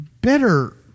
bitter